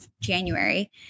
January